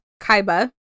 Kaiba